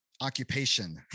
occupation